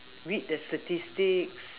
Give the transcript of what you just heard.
read the statistics